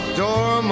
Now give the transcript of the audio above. door